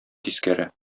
тискәре